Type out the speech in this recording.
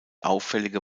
auffällige